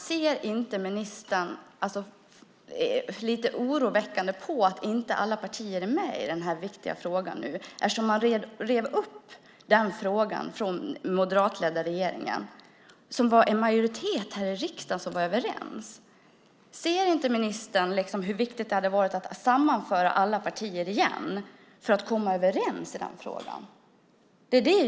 Tycker inte ministern att det är lite oroväckande att inte alla partier är med i denna viktiga fråga? Den moderatledda regeringen rev upp den frågan när riksdagen var överens och det fanns en majoritet. Ser ministern inte hur viktigt det hade varit att sammanföra alla partier igen för att komma överens i den frågan?